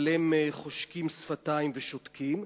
אבל הם חושקים שפתיים ושותקים,